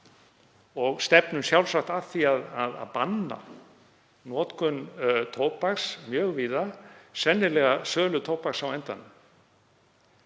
og stefnum sjálfsagt að því að banna notkun tóbaks mjög víða, sennilega sölu tóbaks á endanum.